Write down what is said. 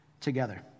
together